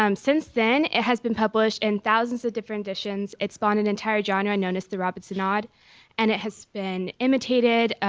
um since then, it has been published in thousands of different editions, it's born an entire genre known as the robinsonade and it has been imitated,